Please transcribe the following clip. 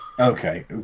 Okay